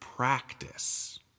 Practice